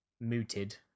mooted